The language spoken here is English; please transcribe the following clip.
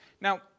Now